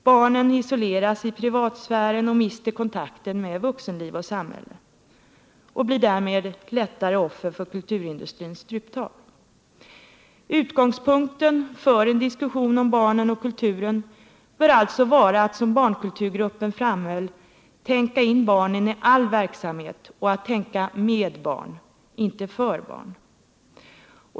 Barnen isoleras i privatsfären och mister kontakten med vuxenliv och samhälle och blir därmed än lättare offer för kulturindustrins struptag. Utgångspunkten för en diskussion om barnen och kulturen bör alltså vara att som barnkulturgruppen framhöll ”tänka in barnen i all verksamhet och att tänka med barn, inte för barn”.